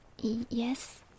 Yes